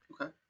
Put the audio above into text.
okay